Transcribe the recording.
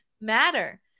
matter